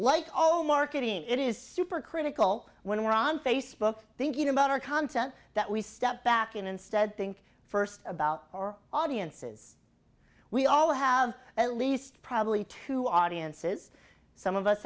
like all marketing it is super critical when we're on facebook thinking about our content that we step back and instead think first about our audiences we all have at least probably two audiences some of us